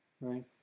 right